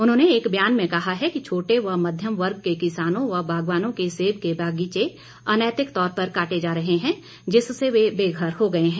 उन्होंने एक ब्यान में कहा है कि छोटे व मध्यम वर्ग के किसानों व बागवानों के सेब के बागीचे अनैतिक तौर पर काटे जा रहे हैं जिससे वे बेघर हो गए हैं